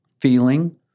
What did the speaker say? feeling